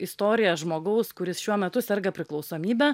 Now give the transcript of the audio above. istoriją žmogaus kuris šiuo metu serga priklausomybe